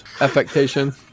affectation